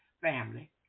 family